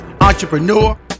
entrepreneur